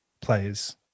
players